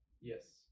Yes